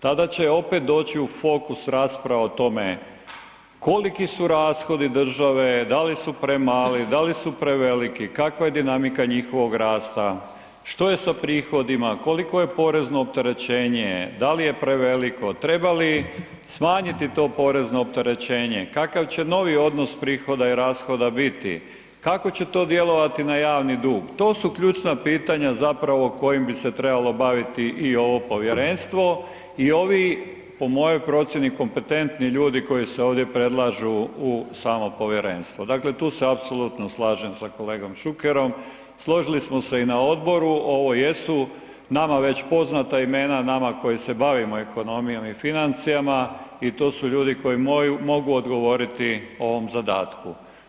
tada će opet doći u fokus rasprava o tome koliki su rashodi državi, da li su premali, da li su preveliki, kakva je dinamika njihovog rasta, što je sa prihodima, koliko je porezno opterećenje, da li je preveliko, treba li smanjiti to porezno opterećenje, kakav će novi odnos prihoda i rashoda biti, kako će to djelovati na javni dug, to su ključna pitanja zapravo kojim bi se trebalo baviti i ovo povjerenstvo i ovi, po mojoj procijeni, kompetentni ljudi koji se ovdje predlažu u samom povjerenstvu, dakle tu se apsolutno slažem sa kolegom Šukerom, složili smo se i na odboru, ovo jesu nama već poznata imena nama koji se bavimo ekonomijom i financijama i to su ljudi koji mogu odgovoriti ovog zadatku.